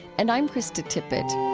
and i'm krista tippett